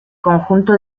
conjunto